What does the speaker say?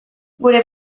gure